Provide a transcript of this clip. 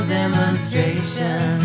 demonstration